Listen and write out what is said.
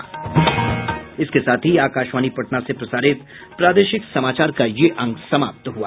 इसके साथ ही आकाशवाणी पटना से प्रसारित प्रादेशिक समाचार का ये अंक समाप्त हुआ